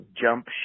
jump